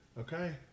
okay